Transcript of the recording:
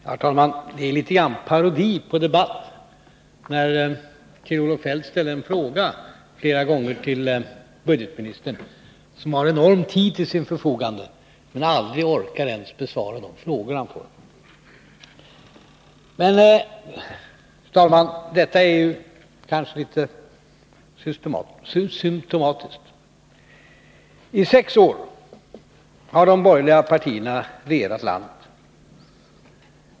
Fru talman! Det är litet grand parodi på debatt, när Kjell-Olof Feldt flera gånger ställer frågor till ekonomioch budgetministern, men denne inte orkar besvara dem, trots att han har en enorm tid till sitt förfogande. Detta är, fru talman, kanske litet symptomatiskt. I sex år har de borgerliga partierna regerat landet.